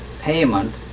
payment